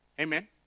Amen